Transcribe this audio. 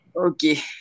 Okay